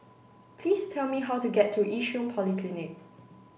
please tell me how to get to Yishun Polyclinic